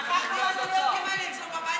שכחנו מה זה להיות,